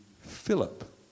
Philip